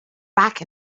back